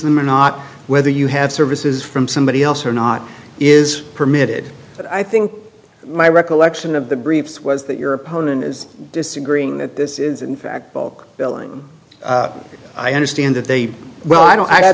them or not whether you have services from somebody else or not is permitted but i think my recollection of the briefs was that your opponent is disagreeing that this is in fact bulk billing i understand that they well i don't